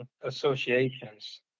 Associations